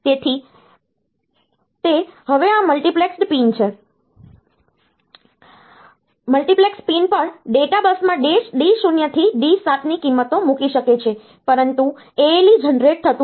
તેથી તે હવે આ મલ્ટિપ્લેક્સ્ડ પિન પર ડેટા બસમાં D0 થી D7 ની કિંમતો મૂકી શકે છે પરંતુ ALE જનરેટ થતું નથી